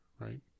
right